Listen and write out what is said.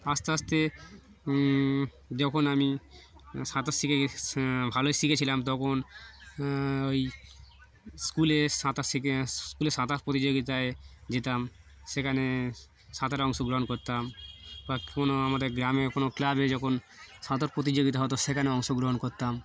আস্তে আস্তে যখন আমি সাঁতার শিখে গ ভালোই শিখেছিলাম তখন ওই স্কুলে সাঁতার শিখে স্কুলে সাঁতার প্রতিযোগিতায় যেতাম সেখানে সাঁতার অংশগ্রহণ করতাম বা কোনো আমাদের গ্রামে কোনো ক্লাবে যখন সাঁতার প্রতিযোগিতা হতো সেখানে অংশগ্রহণ করতাম